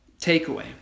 Takeaway